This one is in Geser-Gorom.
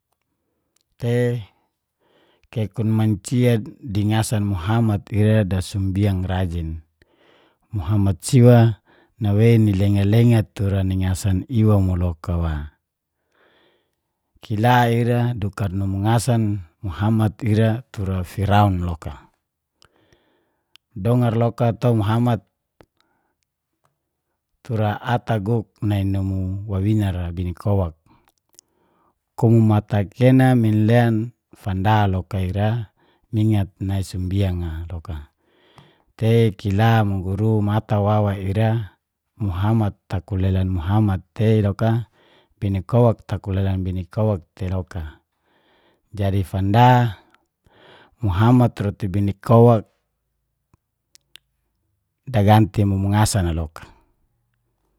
"Te ku kekon mancia di ngasan muhammad ira dasumbiang rajin. Muhammad siwa nawei ni lenga-lenga tura ni ngasan iwa mo loka wa, kila ira dukar numu ngasan a muhammad ira tura firaun loka dongar loka to muhammad? Tura ata kuk nai nubu bina bini koak, kumu matakena minlen fanda loka lira, mingat nai sumbiang a loka tei kila mungguru mata wawa ira muhammad takulelan muhammad tei loka, bini koak takulelan bini koak tei loka. Jadi fanda muhammad roti bini koak daganti mumu ngasan a loka"